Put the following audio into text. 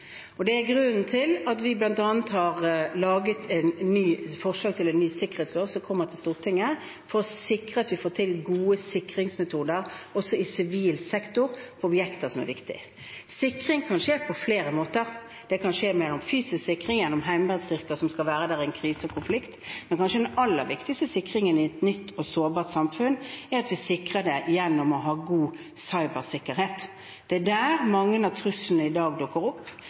Det er grunnen til at vi bl.a. har laget et forslag til en ny sikkerhetslov som kommer til Stortinget, for å sikre at vi får til gode sikringsmetoder også i sivil sektor for objekter som er viktige. Sikring kan skje på flere måter. Det kan skje gjennom fysisk sikring, gjennom heimevernsstyrker som skal være der i krise og konflikt, men kanskje den aller viktigste sikringen i et nytt og sårbart samfunn er å ha god cybersikkerhet. Det er der mange av truslene i dag dukker opp.